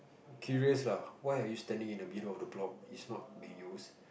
curious lah why are you standing in the middle of the block is not being used